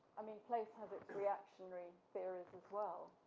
i mean, place have it reactionary barriers as well.